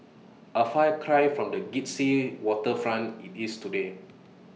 A far cry from the glitzy waterfront IT is today